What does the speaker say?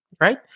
right